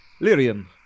lyrian